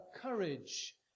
courage